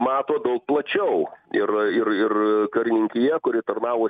mato daug plačiau ir ir ir karininkija kuri tarnavo